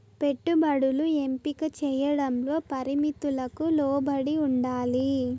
పెట్టుబడులు ఎంపిక చేయడంలో పరిమితులకు లోబడి ఉండాలి